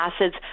acids